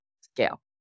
scale